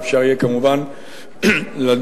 ואפשר יהיה כמובן לדון,